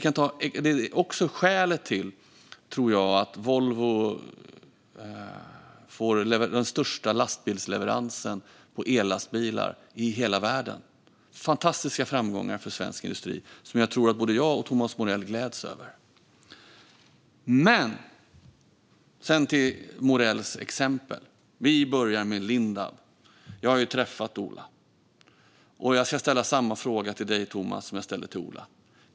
Det är också skälet till, tror jag, att Volvo får den största lastbilsleveransen på ellastbilar i hela världen. Det är fantastiska framgångar för svensk industri som jag tror att både jag och Thomas Morell gläds över. Sedan går jag till Morells exempel. Vi börjar med Lindab. Jag har träffat Ola Ringdahl. Jag ska ställa samma fråga till dig, Thomas, som jag ställde till Ola.